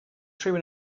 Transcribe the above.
rhywun